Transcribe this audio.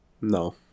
No